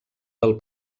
del